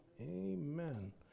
Amen